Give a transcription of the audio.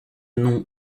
nom